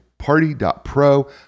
party.pro